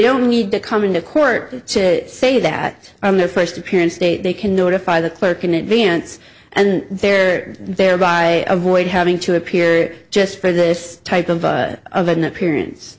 don't need to come into court to say that on their first appearance state they can notify the clerk in advance and there thereby avoid having to appear just for this type of of an appearance